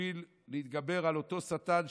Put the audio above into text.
בשביל להתגבר על אותו שטן,